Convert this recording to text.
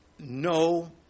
No